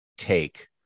take